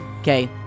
Okay